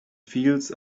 fields